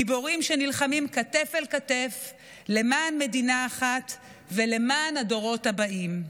גיבורים שנלחמים כתף אל כתף למען מדינה אחת ולמען הדורות הבאים.